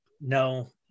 no